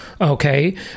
Okay